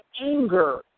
anger